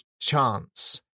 chance